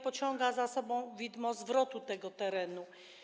Pociąga to za sobą widmo zwrotu tego terenu.